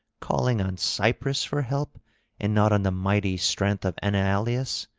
calling on cypris for help and not on the mighty strength of enyalius?